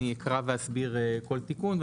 אני אקרא ואסביר כל תיקון.